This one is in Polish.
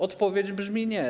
Odpowiedź brzmi: nie.